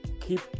keep